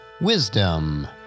Wisdom